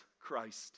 Christ